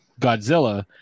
Godzilla